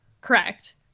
Correct